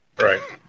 Right